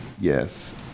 yes